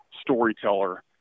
storyteller